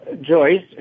Joyce